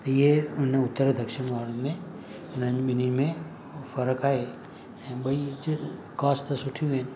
इहे हुन उत्तर दक्षिण वारे में हिननि ॿिन्हिनि में फ़र्क़ आहे ऐं ॿई हिते कोस्त सुठियूं आहिनि